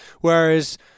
Whereas